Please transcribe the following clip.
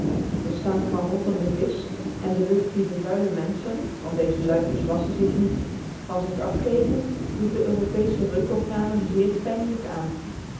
de stank van rottende visch en de lucht die de vuile menschen want deze luidjes wasschen zich niet van zich afgeven doen de europeesche reukorganen zeer pijnlijk aan